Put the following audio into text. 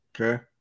Okay